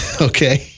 Okay